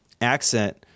accent